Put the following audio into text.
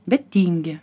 bet tingi